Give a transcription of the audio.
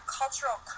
cultural